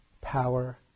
power